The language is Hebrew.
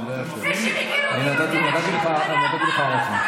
מי שמכיר אותי יודע שאני אף פעם לא צעקתי בצורה כזאת.